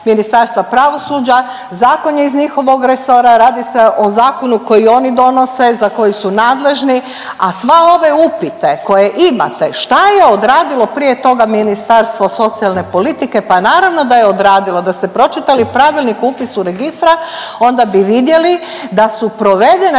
Ministarstva pravosuđa. Zakon je iz njihovog resora, radi se o zakonu koji oni donose za koji su nadležni, a sva ove upite koje imate šta je odradilo prije toga Ministarstvo socijalne politike, pa naravno da je odradilo da ste pročitali Pravilnik o upisu u registra onda bi vidjeli da su provedene